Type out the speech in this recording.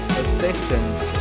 assistance